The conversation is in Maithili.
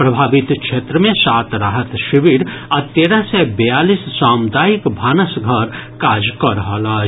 प्रभावित क्षेत्र मे सात राहत शिविर आ तेरह सय बयालिस सामुदायिक भानस घर काज कऽ रहल अछि